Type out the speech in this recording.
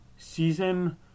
season